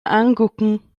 angucken